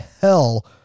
hell